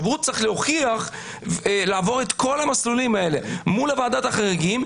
הוא צריך לעבור את כל המסלולים האלה מול ועדת החריגים,